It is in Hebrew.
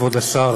כבוד השר,